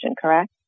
correct